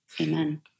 Amen